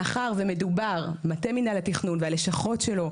מאחד ומדובר מטה מינהל התכנון והלשכות שלו,